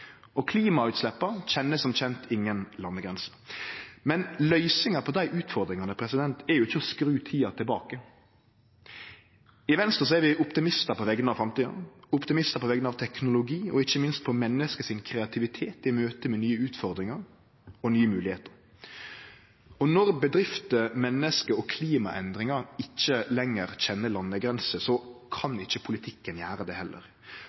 og klimautsleppa kjenner som kjent ingen landegrenser. Men løysinga på dei utfordringane er ikkje å skru tida tilbake. I Venstre er vi optimistar på vegner av framtida, optimistar på vegner av teknologi og ikkje minst på vegner av menneske sin kreativitet i møte med nye utfordringar og nye moglegheiter. Når bedrifter, menneske og klimaendringar ikkje lenger kjenner landegrenser, kan ikkje politikken gjere det heller.